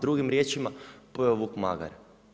Drugim riječima, pojeo vuk magare.